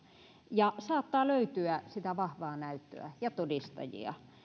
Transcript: ja saattaa löytyä sitä vahvaa näyttöä ja todistajia